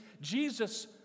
Jesus